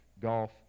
Golf